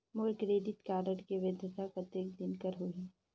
मोर credit card के वैधता कतेक दिन कर होही?